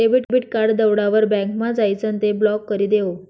debit card दवडावर बँकमा जाइसन ते ब्लॉक करी देवो